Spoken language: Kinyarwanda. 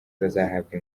bazahabwa